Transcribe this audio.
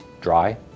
dry